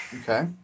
Okay